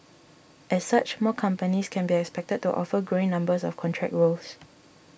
as such more companies can be expected to offer growing numbers of contract roles